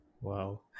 Wow